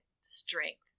strength